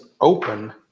open